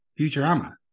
Futurama